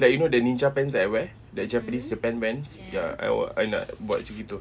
like you know the ninja pants that I wear that japanese japan pants ya I wa~ I nak buat macam itu